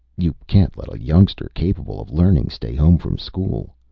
you can't let a youngster, capable of learning, stay home from school.